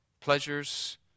pleasures